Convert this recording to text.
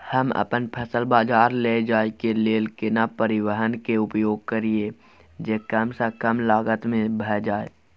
हम अपन फसल बाजार लैय जाय के लेल केना परिवहन के उपयोग करिये जे कम स कम लागत में भ जाय?